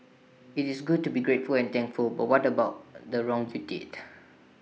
IT is good to be grateful and thankful but what about the wrong you did